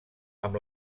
amb